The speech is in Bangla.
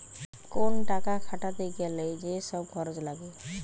কোন টাকা খাটাতে গ্যালে যে সব খরচ লাগে